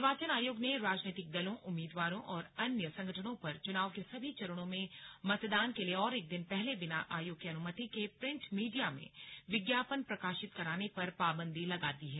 निर्वाचन आयोग ने राजनीतिक दलों उम्मीदवारों और अन्यग संगठनों पर चुनाव के सभी चरणों में मतदान के दिन और एक दिन पहले बिना आयोग की अनुमति के प्रिंट मीडिया में विज्ञापन प्रकाशित कराने पर पाबंदी लगा दी है